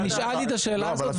אני נשאלתי את השאלה הזאת,